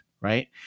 right